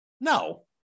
No